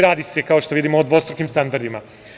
Radi se, kao što vidimo, o dvrostrukim standardima.